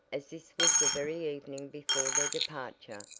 as this was the very evening before their departure,